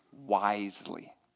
wisely